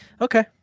okay